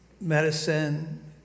medicine